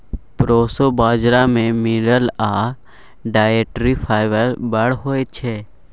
proso बजरा मे mineral आ डाइटरी फाइबर बड़ होइ छै